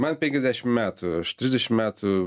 man penkiasdešim metų aš trisdešim metų